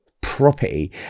property